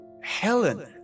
Helen